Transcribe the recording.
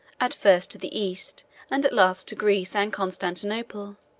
at first to the east and at last to greece and constantinople,